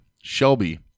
shelby